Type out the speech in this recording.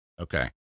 Okay